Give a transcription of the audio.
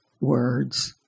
words